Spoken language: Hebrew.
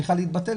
בכלל יתבטל,